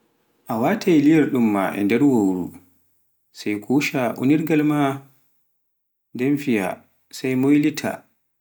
A waatai liyorɗun maa e nder wowru, sai koshaa unirgel ma fiya, nden moylitaa.